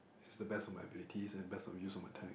it's the best of my abilities and the best use of my time